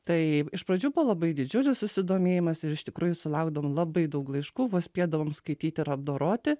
tai iš pradžių buvo labai didžiulis susidomėjimas ir iš tikrųjų sulaukdavom labai daug laiškų vos spėdavom skaityt ir apdoroti